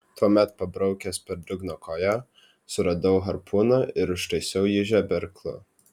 tuomet pabraukęs per dugną koja suradau harpūną ir užtaisiau jį žeberklu